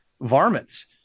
varmints